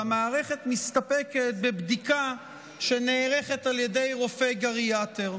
והמערכת מסתפקת בבדיקה שנערכת על ידי רופא גריאטר.